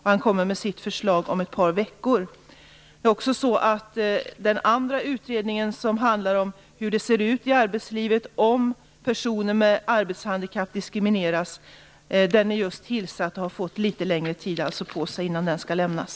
Han lägger fram sitt förslag om ett par veckor. Den andra utredningen, som handlar om hur det ser ut i arbetslivet och om personer med arbetshandikapp diskrimineras, är just tillsatt och har fått litet längre tid på sig innan förslag skall lämnas.